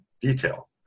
detail